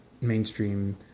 mainstream